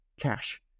cash